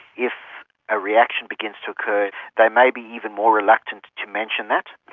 if a reaction begins to occur they may be even more reluctant to mention that.